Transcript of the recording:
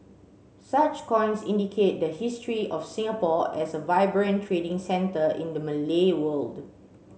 such coins indicate the history of Singapore as a vibrant trading centre in the Malay world